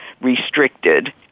restricted